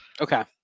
okay